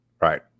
Right